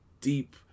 deep